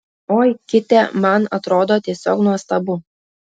oi kitę man atrodo tiesiog nuostabu